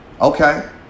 Okay